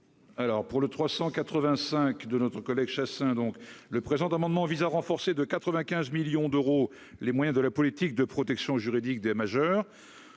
Alors pour le 385 de notre collègue Chassaing, donc le présent amendement vise à renforcer de 95 millions d'euros, les moyens de la politique de protection juridique des majeurs,